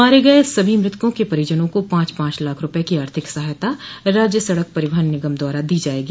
मारे गये सभी मृतकों के परिजनों को पांच पांच लाख रूपये की आर्थिक सहायता राज्य सड़क परिवहन निगम द्वारा दी जायेगी